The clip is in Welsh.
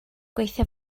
gweithio